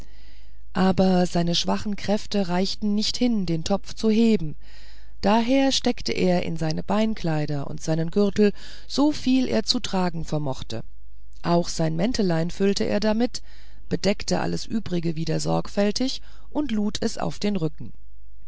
aber seine schwachen kräfte reichten nicht hin den topf zu heben daher steckte er in seine beinkleider und seinen gürtel soviel er zu tragen vermochte und auch sein mäntelein füllte er damit bedeckte das übrige wieder sorgfältig und lud es auf den rücken